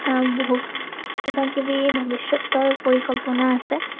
বহুত কিবা কিবি ভৱিষ্য়তৰ পৰিকল্পনা আছে